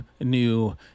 new